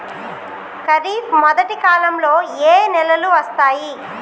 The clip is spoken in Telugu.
ఖరీఫ్ మొదటి కాలంలో ఏ నెలలు వస్తాయి?